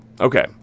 Okay